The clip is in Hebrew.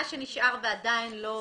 מה שנשאר ועדיין לא